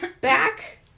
Back